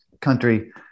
country